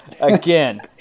Again